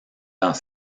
dans